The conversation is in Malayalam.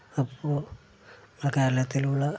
അപ്പോള് ആ കാലത്തിലുള്ള